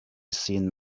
seen